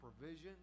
provision